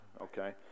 okay